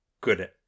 good